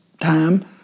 time